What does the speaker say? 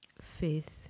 faith